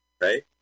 right